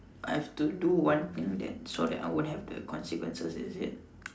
I have to do one thing that so that I won't have the consequences is it